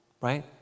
right